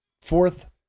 fourth